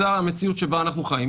זו המציאות שבה אנחנו חיים,